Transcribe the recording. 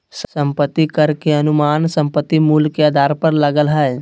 संपत्ति कर के अनुमान संपत्ति मूल्य के आधार पर लगय हइ